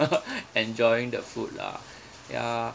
enjoying the food lah ya